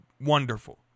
wonderful